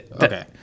Okay